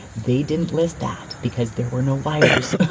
they didn't list that because there were no wires.